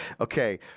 Okay